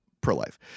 pro-life